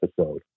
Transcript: episode